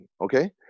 okay